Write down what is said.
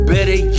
Better